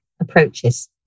Approaches